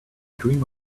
dream